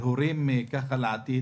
יש לי הרהורים לעתיד,